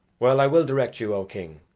well, i will direct you, o king,